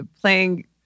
playing